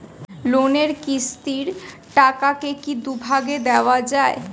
লোনের কিস্তির টাকাকে কি দুই ভাগে দেওয়া যায়?